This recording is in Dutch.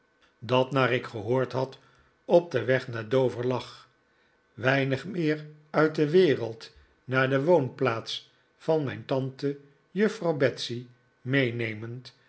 dat naar ik gehoord had op den weg naar dover lag weinig meer uit de wereld naar de woonplaats van mijn tante juffrouw betsey meenemend